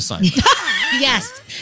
Yes